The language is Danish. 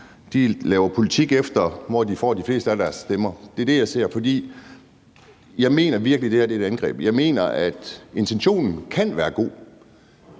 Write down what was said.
laver politik, efter hvor de får de fleste af deres stemmer fra. Det er det, jeg ser, og jeg mener virkelig, at det her er et angreb. Jeg mener, at intentionen kan være god,